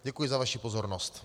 Děkuji za vaši pozornost.